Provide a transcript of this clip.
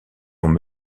l’ont